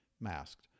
masked